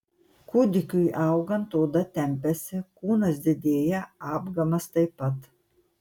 kūdikiui augant oda tempiasi kūnas didėja apgamas taip pat